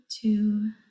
two